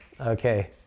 okay